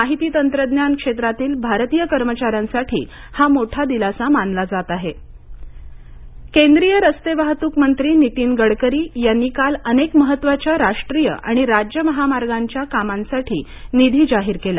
माहिती तंत्रज्ञान क्षेत्रातील भारतीय कर्मचाऱ्यांसाठी हा मोठा दिलासा मानला जात आहे गडकरी केंद्रीय रस्तेवाहतूक मंत्री नितीन गडकरी यांनी काल अनेक महत्त्वाच्या राष्ट्रीय आणि राज्य महामार्गांच्या कामांसाठी निधी जाहीर केला